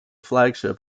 flagship